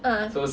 uh